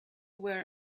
were